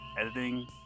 Editing